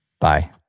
Bye